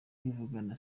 kwivugana